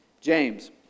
James